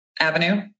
Avenue